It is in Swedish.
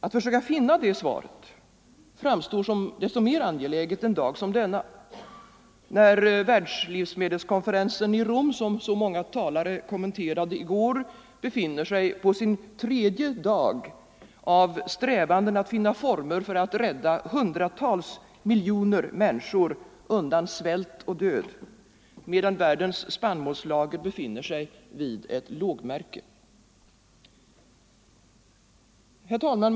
Att försöka finna det svaret framstår som desto mer angeläget en dag som denna, när världslivsmedelskonferensen i Rom, som så många talare kommenterade i går, befinner sig på sin tredje dag av strävanden att finna former för att rädda hundratals miljoner människor undan svält och död, medan världens spannmålslager befinner sig vid ett lågmärke. Herr talman!